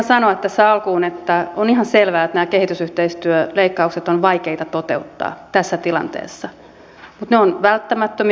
täytyy ihan sanoa tässä alkuun että on ihan selvää että nämä kehitysyhteistyöleikkaukset ovat vaikeita toteuttaa tässä tilanteessa mutta ne ovat välttämättömiä